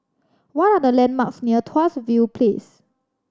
what are the landmarks near Tuas View Place